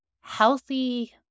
healthy